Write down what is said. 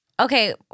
Okay